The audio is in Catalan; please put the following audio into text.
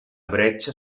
bretxa